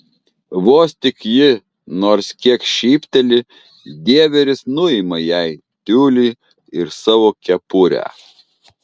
vos tik ji nors kiek šypteli dieveris nuima jai tiulį ir savo kepurę